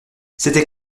c’était